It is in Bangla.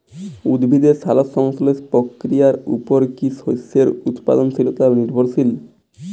উদ্ভিদের সালোক সংশ্লেষ প্রক্রিয়ার উপর কী শস্যের উৎপাদনশীলতা নির্ভরশীল?